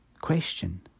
question